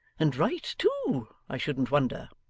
and write too, i shouldn't wonder